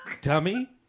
Dummy